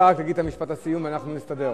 אתה תגיד את משפט הסיום, אנחנו נסתדר.